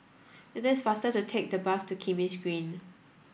it is faster to take the bus to Kismis Green